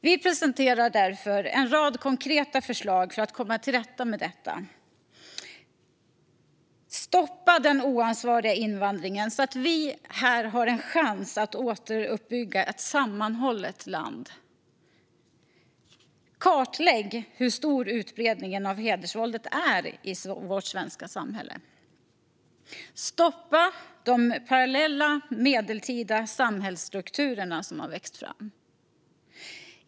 Vi presenterar därför en rad konkreta förslag för att komma till rätta med detta: Stoppa den oansvariga invandringen så att vi har en chans att återuppbygga ett sammanhållet land. Kartlägg hur stor utbredningen av hedersvåldet är i vårt svenska samhälle. Stoppa de parallella medeltida samhällsstrukturerna som har växt fram.